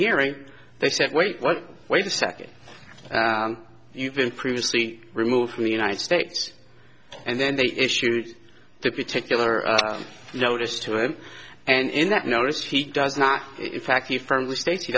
hearing they said wait what wait a second you've been previously removed from the united states and then they issued the particular notice to him and in that notice he